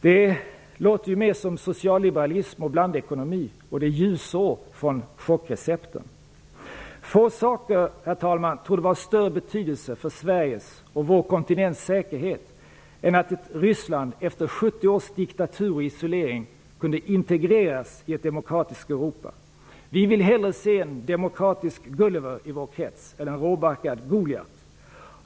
Det låter mera som socialliberalism och blandekonomi, och det är ljusår från chockrecepten. Herr talman! Få saker torde vara av större betydelse för Sveriges och vår kontinents säkerhet än att Ryssland efter 70 års diktatur och isolering kunde integreras i ett demokratiskt Europa. Vi vill hellre se en demokratisk Gulliver i vår krets än en råbarkad Goliat.